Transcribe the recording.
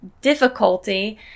difficulty